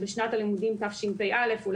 בשנת הלימודים תשפ"א היו